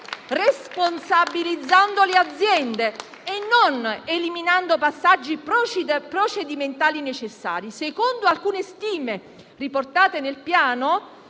responsabilizzando le aziende e non eliminando passaggi procedimentali necessari. Secondo alcune stime riportate nel Piano